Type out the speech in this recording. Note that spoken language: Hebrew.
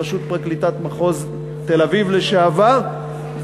בראשות פרקליטת מחוז תל-אביב לשעבר,